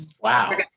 wow